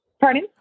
Pardon